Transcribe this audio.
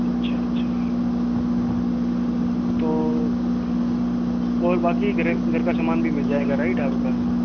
अच्छा अच्छा तो और बाकी ग्रे घर का समान भी मिल जाएगा राइट आपके पास